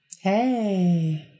Hey